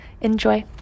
Enjoy